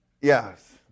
yes